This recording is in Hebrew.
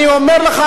אני אומר לך,